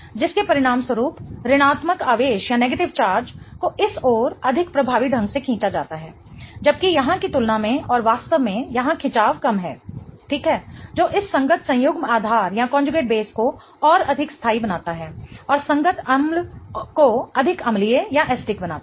जिसके परिणामस्वरूप ऋणात्मक आवेश को इस ओर अधिक प्रभावी ढंग से खींचा जाता है जबकि यहाँ की तुलना में और वास्तव में यहाँ खिंचाव कम है ठीक है जो इस संगत संयुग्म आधार को और अधिक स्थाई बनाता है और संगत अम्ल को अधिक अम्लीय बनाता है